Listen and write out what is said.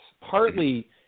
partly